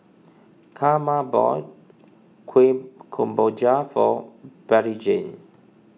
Carma bought Kueh Kemboja for Bettyjane